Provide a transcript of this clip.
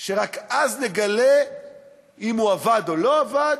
שרק אז נגלה אם הוא עבד או לא עבד,